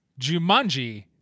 Jumanji